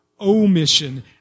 omission